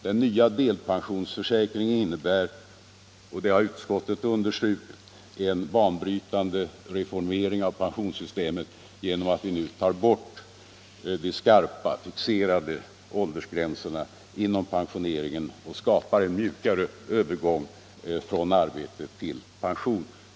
Den nya delpensionsförsäkringen innebär — det har utskottet också understrukit — en banbrytande reformering av pensionssystemet genom att vi tar bort de skarpa, fixerade åldersgränserna inom pensioneringen och skapar en mjukare övergång från arbete till pension.